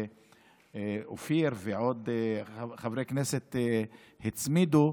ואופיר ועוד חברי כנסת הצמידו,